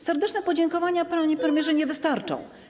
Serdeczne podziękowania, panie premierze, nie wystarczą.